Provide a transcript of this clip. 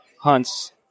hunt's